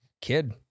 kid